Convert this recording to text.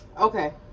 Okay